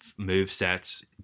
movesets